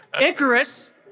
Icarus